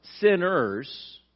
sinners